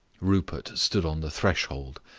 rupert stood on the threshold,